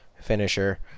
finisher